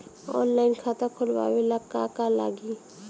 Online खाता खोलबाबे ला का का लागि?